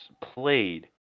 played